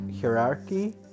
Hierarchy